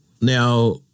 Now